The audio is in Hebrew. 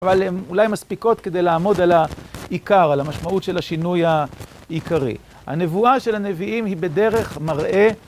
אבל הן אולי מספיקות כדי לעמוד על העיקר, על המשמעות של השינוי העיקרי. הנבואה של הנביאים היא בדרך מראה